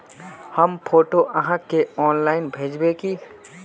हम फोटो आहाँ के ऑनलाइन भेजबे की?